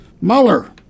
Mueller